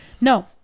No